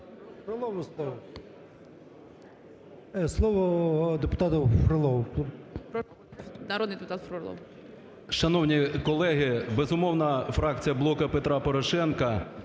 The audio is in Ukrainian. Слово депутату Фролову.